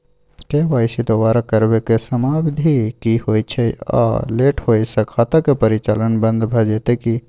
KYC दोबारा करबै के समयावधि की होय छै आ लेट होय स खाता के परिचालन बन्द भ जेतै की?